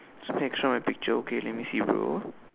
something extra in my picture okay let me see bro